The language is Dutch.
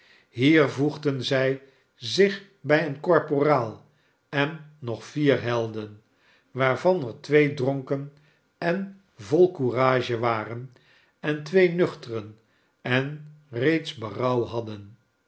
hier voegden zij zich bij een korporaal en nog vier helden waarvan er twee dronken en vol courage waren en twee nuchteren en reeds berouw hadden